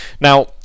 Now